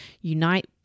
unite